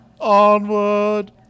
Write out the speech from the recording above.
Onward